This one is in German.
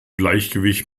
gleichgewicht